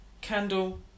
candle